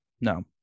no